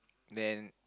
then